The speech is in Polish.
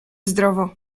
zdrowo